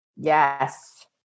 Yes